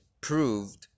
proved